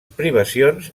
privacions